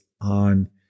on